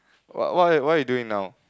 what why what you doing now